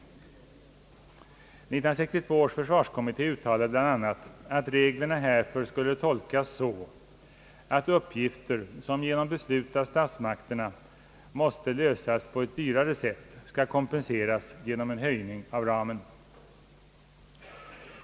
1962 års försvarskommitté uttalade bl.a. att reglerna härför skulle tolkas så, att uppgifter som genom beslut av statsmakterna måste lösas på ett dyrare sätt skall kompenseras genom höjning av ramen.